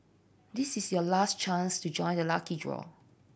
this is your last chance to join the lucky draw